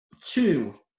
Two